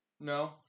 No